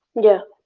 yeah.